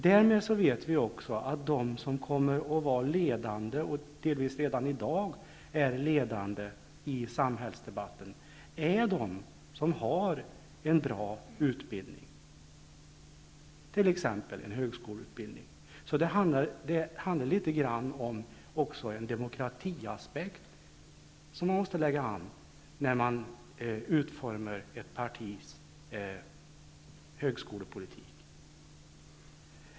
Därmed vet vi också att de som kommer att vara ledande och som delvis redan i dag är ledande i samhällsdebatten är de som har en bra utbildning, t.ex. en högskoleutbildning. Det handlar alltså även litet grand om en demokratiaspekt, som man måste lägga an när man utforma ett partis högskolepolitik.